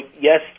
yes